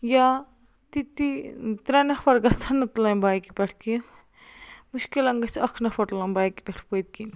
یا تِتی ترٛےٚ نَفر گَژھن نہٕ تُلٕنۍ بایکہِ پٮ۪ٹھ کیٚنٛہہ مُشکِلن گَژھِ اَکھ نَفر تُلُن بایکہِ پٮ۪ٹھ پٔتۍ کِنۍ